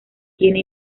tiene